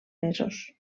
mesos